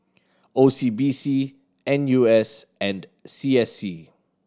O C B C N U S and C S C